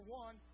one